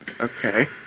okay